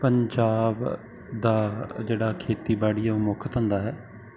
ਪੰਜਾਬ ਦਾ ਜਿਹੜਾ ਖੇਤੀਬਾੜੀ ਉਹ ਮੁੱਖ ਧੰਦਾ ਹੈ